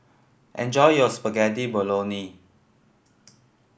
enjoy your Spaghetti Bolognese